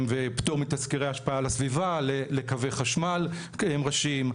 ופטור מתסקירי השפעה על הסביבה לקווי חשמל ראשיים.